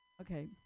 Okay